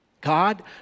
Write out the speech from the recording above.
God